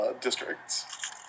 districts